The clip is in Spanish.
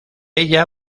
ella